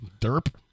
Derp